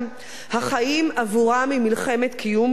החיים עבורנו הם מלחמת קיום יומיומית.